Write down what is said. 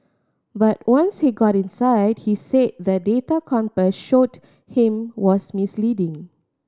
but once he got inside he said the data Compass showed him was misleading